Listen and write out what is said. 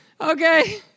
okay